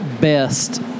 best